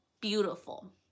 beautiful